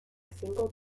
single